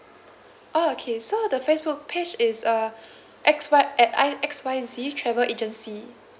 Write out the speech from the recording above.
oh okay so the facebook page is uh X Y at I X Y Z travel agency